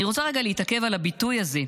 אני רוצה רגע להתעכב על הביטוי הזה,